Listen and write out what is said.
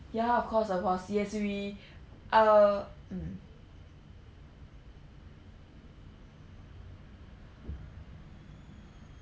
ya of course of course yes we err mm